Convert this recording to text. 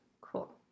Cool